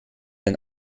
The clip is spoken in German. denn